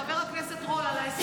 כל הכבוד לחבר הכנסת רול על ההסברים,